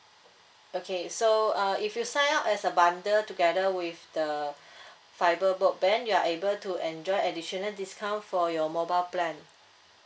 okay so uh if you sign up as a bundle together with the fibre broadband you are able to enjoy additional discount for your mobile plan